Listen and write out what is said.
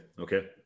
okay